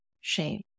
shame